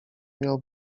miał